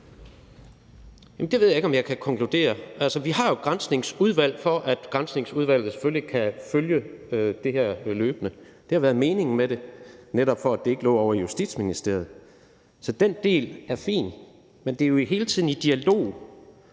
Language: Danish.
Det ved jeg ikke om jeg kan konkludere. Altså, vi har jo et Granskningsudvalg, for at Granskningsudvalget selvfølgelig kan følge det her løbende. Det har været meningen med det, netop for at det ikke lå ovre i Justitsministeriet. Så den del er fin. Men det er jo hele tiden i dialog